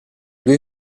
due